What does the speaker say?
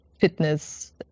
fitness